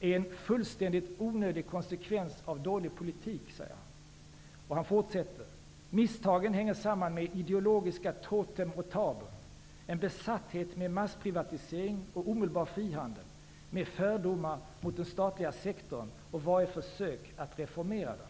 är ''en fullständigt onödig konsekvens av dålig politik''. Han fortsätter: ''Misstagen hänger samman med ideologiska totem och tabun, en besatthet med massprivatisering och omedelbar frihandel, med fördomar mot den statliga sektorn och varje försök att reformera den.''